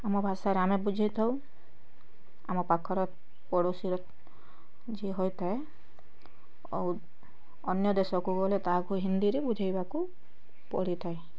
ଆମ ଭାଷାରେ ଆମେ ବୁଝାଇଥାଉ ଆମ ପାଖର ପଡ଼ୋଶୀର ଯିଏ ହୋଇଥାଏ ଆଉ ଅନ୍ୟ ଦେଶକୁ ଗଲେ ତାହାକୁ ହିନ୍ଦୀରେ ବୁଝାଇବାକୁ ପଡ଼ିଥାଏ